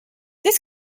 this